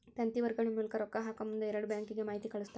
ತಂತಿ ವರ್ಗಾವಣೆ ಮೂಲಕ ರೊಕ್ಕಾ ಹಾಕಮುಂದ ಎರಡು ಬ್ಯಾಂಕಿಗೆ ಮಾಹಿತಿ ಕಳಸ್ತಾರ